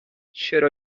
چرا